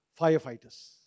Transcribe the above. firefighters